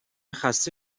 خسته